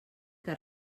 que